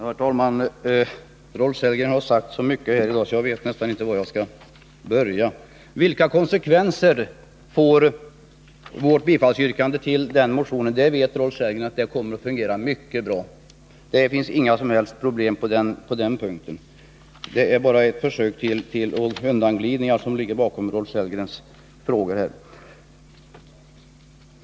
Herr talman! Rolf Sellgren har sagt så mycket här i dag att jag nästan inte vet var jag skall börja. Han frågar vilka konsekvenser vårt yrkande om bifall till motion 152 får, trots att han vet att det kommer att fungera mycket bra. Det finns inga som helst problem på den punkten. Det är bara ett försök till undanglidning som ligger bakom Rolf Sellgrens fråga.